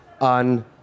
on